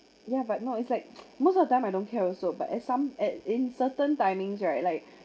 ya but now it's like most of the time I don't care also but at some at in certain timings right like